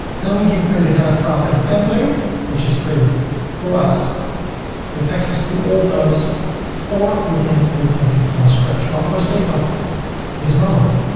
then we can create a header from a template which is created for us with access to all those or we can create something from scratch. well, for the sake of this moment,